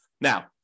Now